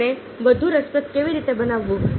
તેને વધુ રસપ્રદ કેવી રીતે બનાવવું